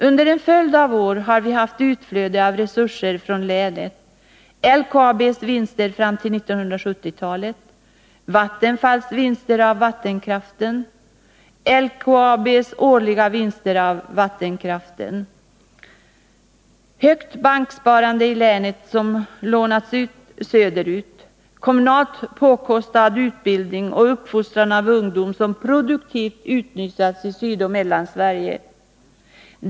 Under en följd av år har vi haft ett utflöde av resurser från länet: LKAB:s vinster fram till 1970-talet, Vattenfalls vinster av vattenkraften, högt banksparande i länet med utlåning söderut, kommunalt påkostad utbildning och uppfostran av ungdom som produktivt utnyttjas i Sydoch Mellansverige.